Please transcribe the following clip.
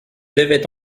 devait